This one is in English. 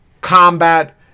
combat